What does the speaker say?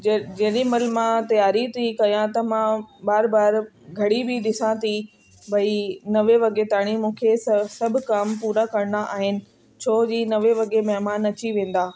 ज जेॾीमहिल मां त्यारी थी कया त मां बार बार घड़ी बि ॾिसां थी भई नवे वगे ताणी मूंखे स सभु कम पुरा करणा आहिनि छोजी नवे वगे महिमान अची वेंदा